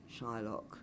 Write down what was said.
Shylock